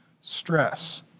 stress